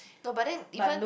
no but then even